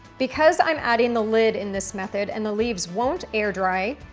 because i'm adding the lid in this method and the leaves won't air dry,